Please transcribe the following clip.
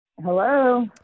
Hello